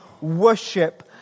worship